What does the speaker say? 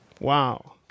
wow